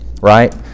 right